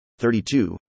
32